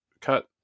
cut